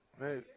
Hey